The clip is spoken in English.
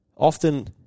Often